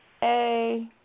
Hey